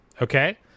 okay